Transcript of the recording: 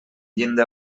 llinda